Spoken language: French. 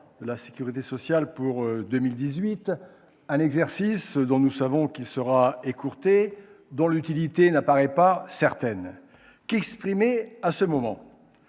de la sécurité sociale pour 2018 ? Un exercice dont nous savons qu'il sera écourté et dont l'utilité n'apparaît pas certaine ... Qu'exprimer à ce moment ?